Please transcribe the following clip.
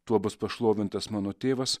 tuo bus pašlovintas mano tėvas